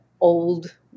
old